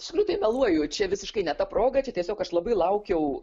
iš tikrųjų tai meluoju čia visiškai ne ta proga čia tiesiog aš labai laukiau